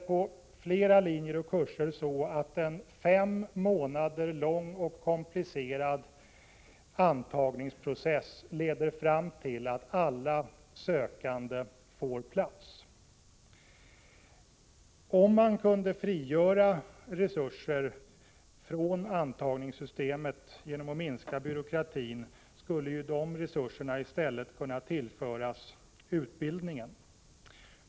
På flera linjer och kurser leder i dag en fem månader lång och komplicerad antagningsprocess fram till att alla sökande får plats. Om man kunde frigöra resurser från antagningssystemet genom att minska byråkratin, skulle dessa resurser i stället kunna tillföras utbildningen.